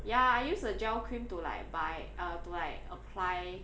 ya I use the gel cream to like buy uh to like apply